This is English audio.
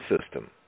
system